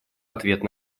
ответ